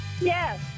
Yes